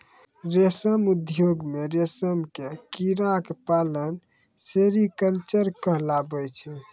रेशम उद्योग मॅ रेशम के कीड़ा क पालना सेरीकल्चर कहलाबै छै